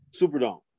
Superdome